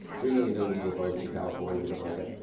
three million illegal votes in california, or something like ah